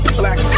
black